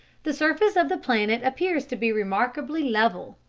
the surface of the planet appears to be remarkably level,